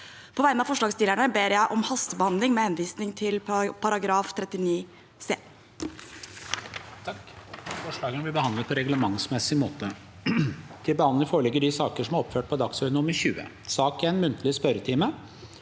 På vegne av forslagsstillerne ber jeg om hastebehandling med henvisning til § 39 c.